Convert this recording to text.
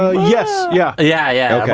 ah yes, yeah yeah, yeah.